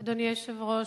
אדוני היושב-ראש,